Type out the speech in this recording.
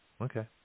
Okay